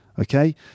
Okay